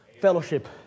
fellowship